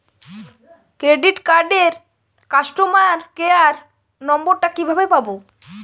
Credit কার্ডের customer care number টা কিভাবে পাবো?